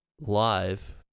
live